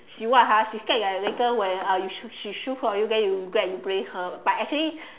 she what ha she scared you are later where uh she she choose for you then you regret you blame her but actually